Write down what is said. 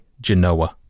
Genoa